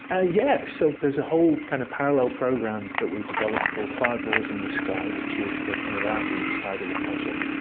ah yes. so there's a whole kind of parallel program that we've developed called fireballs in the sky, which is the kind of outreach side of the project.